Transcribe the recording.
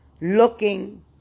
looking